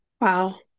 Wow